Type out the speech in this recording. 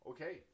Okay